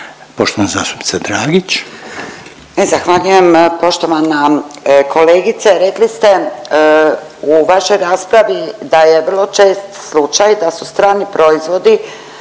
Irena (SDP)** Zahvaljujem. Poštovana kolegice rekli ste u vašoj raspravi da je vrlo čest slučaj da su strani proizvodi